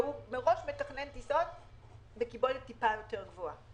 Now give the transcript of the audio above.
וברמת הביקוש של חברות התעופה ליעדים השונים,